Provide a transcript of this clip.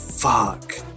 fuck